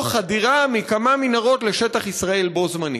או חדירה מכמה מנהרות לשטח ישראל בו בזמן.